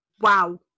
Wow